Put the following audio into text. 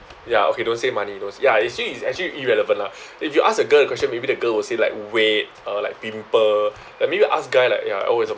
ya okay don't say money don't sa~ ya is actually is actually irrelevant lah if you ask a girl the question maybe the girl will say like weight uh like pimple like make you ask guy like ya always